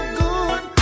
good